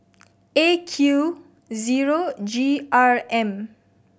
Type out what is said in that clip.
A Q zero G R M